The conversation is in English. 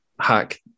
hack